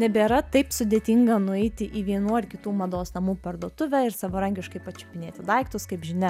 nebėra taip sudėtinga nueiti į vienų ar kitų mados namų parduotuvę ir savarankiškai pačiupinėti daiktus kaip žinia